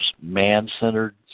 man-centered